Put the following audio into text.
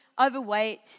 overweight